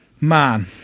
man